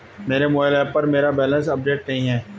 मेरे mobile app पर मेरा बैलेंस अपडेट नहीं है